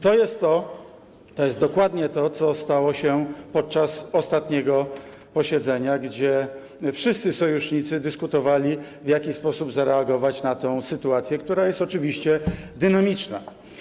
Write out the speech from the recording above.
To jest to, to jest dokładnie to, co stało się podczas ostatniego posiedzenia, na którym wszyscy sojusznicy dyskutowali, w jaki sposób zareagować na tę sytuację, która jest oczywiście dynamiczna.